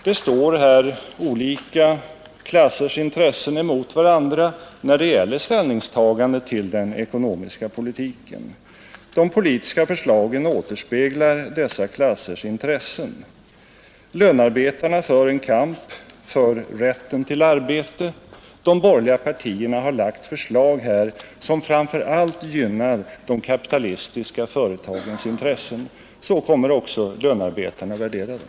Här står olika klassers intressen emot varandra när det gäller ställningstagande till den ekonomiska politiken. De politiska förslagen återspeglar dessa klassers intressen, Lönearbetarna för en kamp för rätten till arbete. De borgerliga partierna har lagt förslag här som framför allt gynnar de kapitalistiska företagens intressen. Så kommer också lönearbetarna att värdera dem.